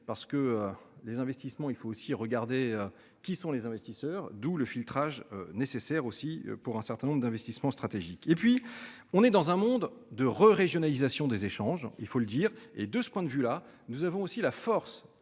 parce que les investissements, il faut aussi regarder qui sont les investisseurs d'où le filtrage nécessaire aussi pour un certain nombre d'investissements stratégiques et puis on est dans un monde de re régionalisation des échanges, il faut le dire et de ce point de vue là, nous avons aussi la force.